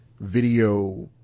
video